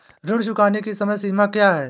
ऋण चुकाने की समय सीमा क्या है?